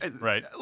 Right